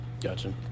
Gotcha